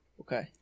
okay